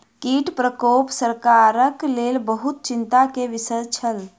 कीट प्रकोप सरकारक लेल बहुत चिंता के विषय छल